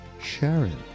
Sharon